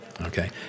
Okay